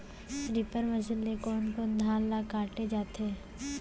Reaper machine ले कोन कोन धान ल काटे जाथे?